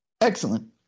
Excellent